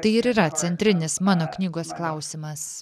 tai ir yra centrinis mano knygos klausimas